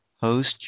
host